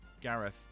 Gareth